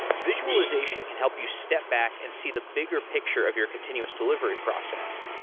visualization can help you step back and see the bigger picture of your continuous delivery process.